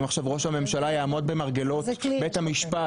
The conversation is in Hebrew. אם עכשיו ראש הממשלה יעמוד במרגלות בית המשפט,